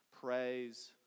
Praise